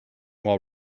while